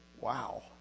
wow